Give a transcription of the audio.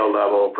level